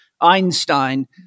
Einstein